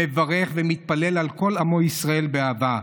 מברך ומתפלל על כל עמו ישראל באהבה,